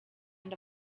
end